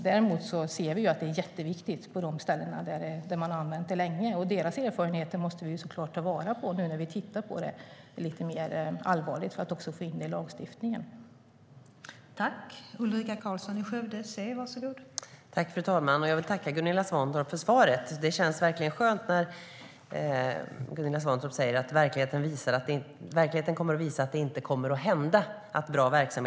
Däremot ser vi att det är jätteviktigt på de ställen där man har använt det länge, och deras erfarenheter måste vi såklart ta vara på nu när vi tittar på det lite mer allvarligt och ska få in det i lagstiftningen.